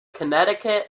connecticut